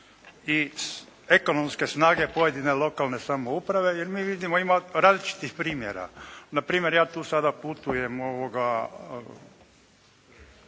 i ekonomske snage pojedine lokalne samouprave. Jer mi vidimo ima različitih primjera. Na primjer, ja tu sada putujem tramvajem